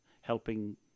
helping